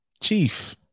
chief